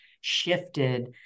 shifted